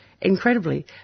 Incredibly